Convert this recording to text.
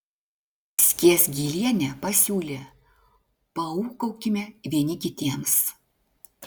skiesgilienė pasiūlė paūkaukime vieni kitiems